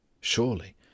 Surely